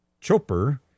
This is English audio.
Chopper